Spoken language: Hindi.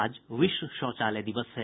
आज विश्व शौचालय दिवस है